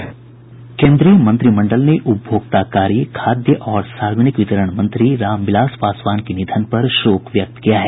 केन्द्रीय मंत्रिमंडल ने उपभोक्ता कार्य खाद्य और सार्वजनिक वितरण मंत्री रामविलास पासवान के निधन पर शोक व्यक्त किया है